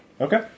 Okay